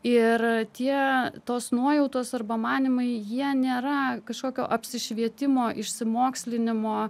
ir tie tos nuojautos arba manymai jie nėra kažkokio apsišvietimo išsimokslinimo